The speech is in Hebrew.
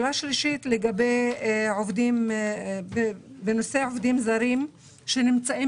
הנושא השלישי הוא בנושא העובדים הזרים שנמצאים